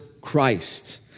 Christ